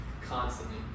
constantly